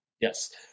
Yes